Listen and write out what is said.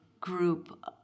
group